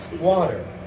water